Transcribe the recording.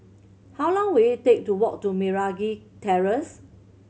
how long will it take to walk to Meragi Terrace